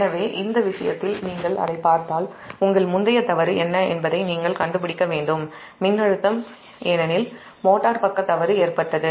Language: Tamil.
எனவே இந்த விஷயத்தில் நீங்கள் அதைப் பார்த்தால் உங்கள் முந்தைய தவறு மின்னழுத்தம் என்ன என்பதை நீங்கள் கண்டுபிடிக்க வேண்டும் ஏனெனில் மோட்டார் பக்க தவறு ஏற்பட்டது